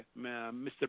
Mr